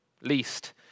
least